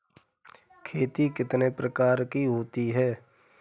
खेती कितने प्रकार की होती है?